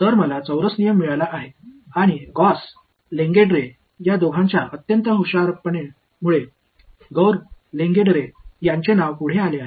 तर मला चौरस नियम मिळाला आहे कारण गौस आणि लेंगेडरे या दोघांच्या अत्यंत हुशारपणामुळे गौस लेंगेडरे यांचे नाव पुढे आले आहे